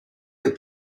des